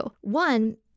One